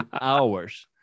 hours